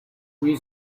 qui